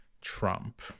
Trump